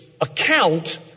account